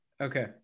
okay